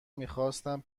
میخواستم